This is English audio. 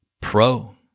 Pro